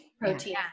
protein